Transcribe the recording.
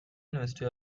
university